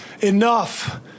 Enough